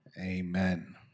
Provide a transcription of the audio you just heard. Amen